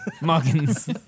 Muggins